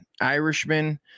irishman